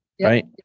Right